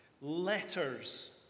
letters